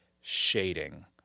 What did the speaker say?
shading